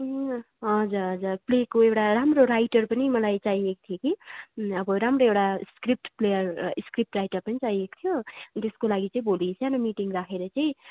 हजुर हजुर प्लेको एउटा राम्रो राइटर पनि मलाई चाहिएको थियो कि अब राम्रो एउटा स्क्रिप्ट प्लेयर स्क्रिप्ट राइटर पनि चाहिएको थियो त्यसको लागि चाहिँ भोलि सानो मिटिङ राखेर चाहिँ